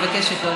מבקשת,